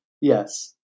Yes